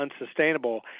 unsustainable